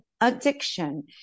addiction